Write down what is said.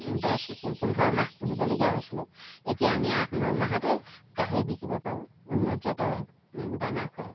দহ পোন্ধৰমান পুহিবলগীয়া হৈছিলে এতিয়া আমি আঠ ন মাহতে গাহৰি বিকিব পাৰোঁ উন্নত জাতৰ দানা খোৱাই